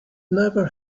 never